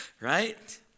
Right